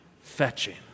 fetching